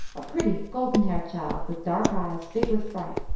a pretty golden-haired child with dark eyes big with fright,